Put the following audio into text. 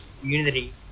community